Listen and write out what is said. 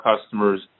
customers